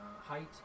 height